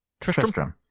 Tristram